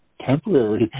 temporary